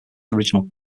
original